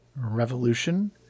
revolution